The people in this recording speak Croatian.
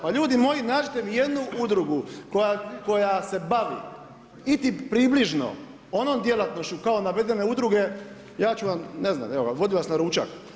Pa ljudi moji nađite mi i jednu udrugu koja se bavi i približno onom djelatnošću kao navedene udruge ja ću vam ne znam, evo vodim vas na ručak.